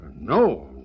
No